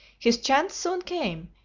his chance soon came,